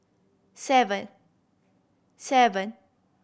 seven seven